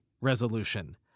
resolution